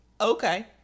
okay